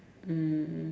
mm